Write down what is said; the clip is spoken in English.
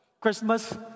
Christmas